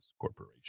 corporation